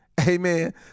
Amen